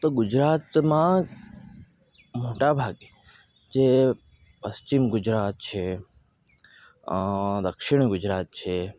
તો ગુજરાતમાં મોટા ભાગે જે પશ્ચિમ ગુજરાત છે દક્ષિણ ગુજરાત છે